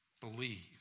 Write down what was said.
believe